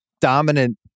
dominant